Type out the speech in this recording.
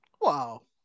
Wow